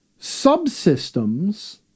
subsystems